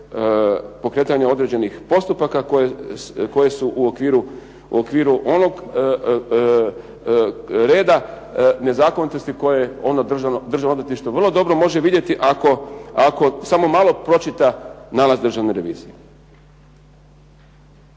pokretanja određenih postupaka koje su u okviru onog reda nezakonitosti koje Državno odvjetništvo vrlo dobro može vidjeti ako samo malo pročita nalaz Državne revizije.